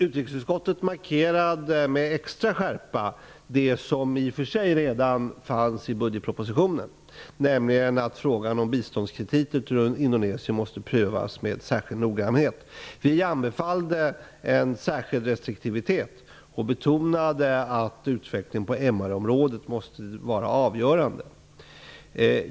Utrikesutskottet markerade med extra skärpa det som i och för sig redan nämndes i budgetpropositionen, nämligen att frågan om biståndskrediter till Indonesien måste prövas med särskild noggrannhet. Vi anbefallde en särskild restriktivitet och betonade att utvecklingen på MR området måste vara avgörande.